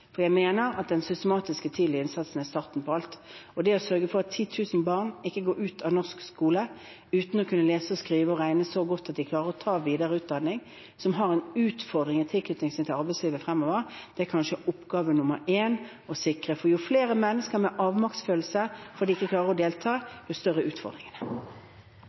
Jeg mener at systematisk tidlig innsats er starten på alt. Det å sørge for at 10 000 barn ikke går ut av norsk skole uten å kunne lese, skrive og regne så godt at de klarer å ta videreutdanning, som er en utfordring i tilknytning til arbeidslivet fremover, er kanskje oppgave nr. én. For jo flere mennesker med avmaktsfølelse fordi de ikke klarer å delta, jo større